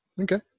Okay